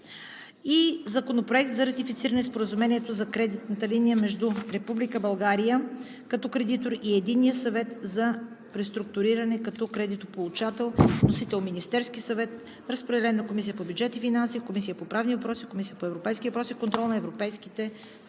Законопроект за ратифициране на Споразумението за кредитна линия между Република България като кредитор и Единния съвет за преструктуриране като кредитополучател. Вносител – Министерският съвет. Разпределен е на водеща Комисия по бюджет и финанси и на Комисията по правни въпроси и Комисията по европейските въпроси и контрол на европейските фондове.